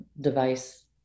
device